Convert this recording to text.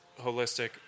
holistic